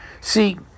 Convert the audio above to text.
See